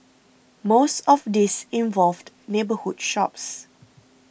most of these involved neighbourhood shops